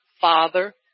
father